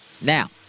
Now